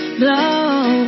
blow